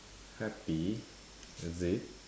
happy is it